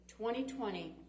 2020